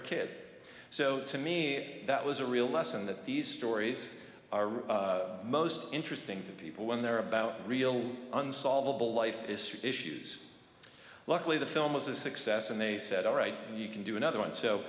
a kid so to me that was a real lesson that these stories are most interesting to people when they're about real unsolvable life is through issues luckily the film was a success and they said alright you can do another one